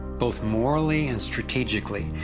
both morally and strategically,